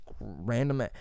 random